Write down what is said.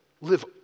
Live